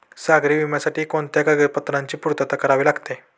सागरी विम्यासाठी कोणत्या कागदपत्रांची पूर्तता करावी लागते?